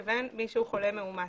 לבין מי שהוא חולה מאומת.